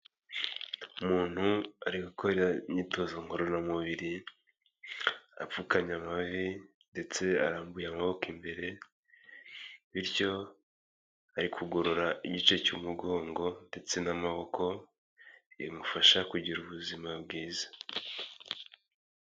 Umuntu ari gukora imyitozo ngororamubiri, apfukamye amavi ndetse arambuye amaboko imbere, bityo ari kugorora igice cy'umugongo ndetse n'amaboko bimufasha kugira ubuzima bwiza.